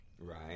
Right